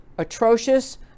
atrocious